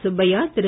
Subbaiah Thiru